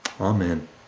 Amen